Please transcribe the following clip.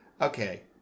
okay